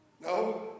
No